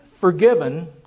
forgiven